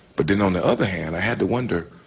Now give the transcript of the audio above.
but then on the other hand i had to wonder,